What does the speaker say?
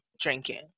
drinking